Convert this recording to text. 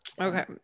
Okay